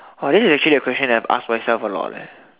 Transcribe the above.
!wah! this is actually the question that I ask myself a lot leh